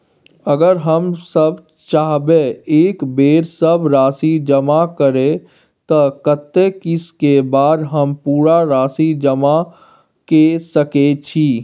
अगर हम चाहबे एक बेर सब राशि जमा करे त कत्ते किस्त के बाद हम पूरा राशि जमा के सके छि?